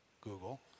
Google